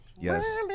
yes